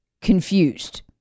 confused